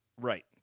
Right